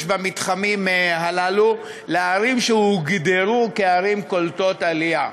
במתחמים הללו לערים שהוגרו כערים קולטות עלייה.